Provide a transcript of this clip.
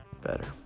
better